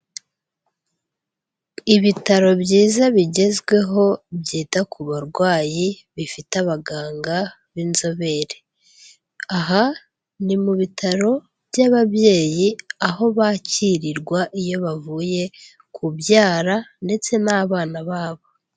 Ibitaro byiza bigezweho byita ku barwayi bifite abaganga b'inzobere, aha ni mu bitaro by'ababyeyi aho bakirirwa iyo bavuye kubyara ndetse n'abana babo.